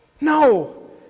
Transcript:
No